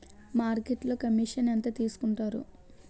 మార్కెట్లో కమిషన్ ఎంత తీసుకొంటారు?